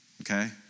okay